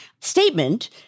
statement